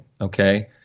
okay